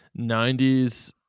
90s